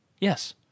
Yes